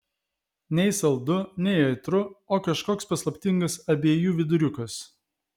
nei saldu nei aitru o kažkoks paslaptingas abiejų viduriukas